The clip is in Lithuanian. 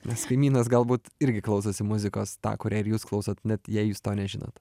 nes kaimynas galbūt irgi klausosi muzikos tą kurią ir jūs klausot net jei jūs to nežinot